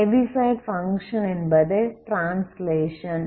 Heaviside function என்பது translation